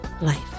life